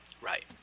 Right